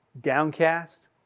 downcast